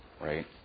right